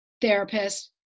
therapist